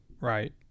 Right